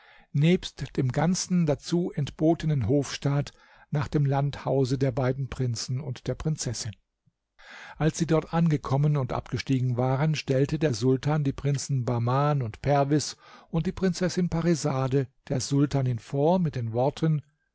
nebst dem ganzen dazu entbotenen hofstaat nach dem landhause der beiden prinzen und der prinzessin als sie dort angekommen und abgestiegen waren stellte der sultan die prinzen bahman und perwis und die prinzessin parisade der sultanin vor mit den worten